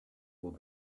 will